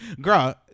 Girl